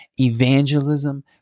evangelism